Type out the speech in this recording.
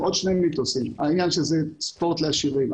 מיתוס נוסף הוא שזה ספורט לעשירים.